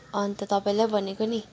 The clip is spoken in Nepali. अन्त तपाईँलाई भनेको नि